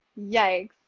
yikes